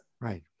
Right